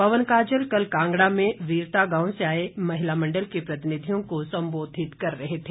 पवन काजल कल कांगड़ा में वीरता गांव से आए महिला मंडल के प्रतिनिधियों को संबोधित कर रहे थे